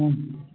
ହୁଁ